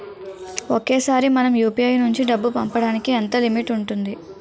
ఒకేసారి మనం యు.పి.ఐ నుంచి డబ్బు పంపడానికి ఎంత లిమిట్ ఉంటుంది?